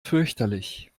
fürchterlich